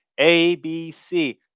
ABC